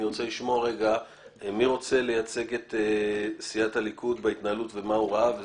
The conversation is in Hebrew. אני רוצה לשמוע רגע מי רוצה לייצג את סיעת הליכוד בהתנהלות ומה הוא ראה.